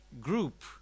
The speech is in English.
group